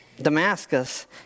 Damascus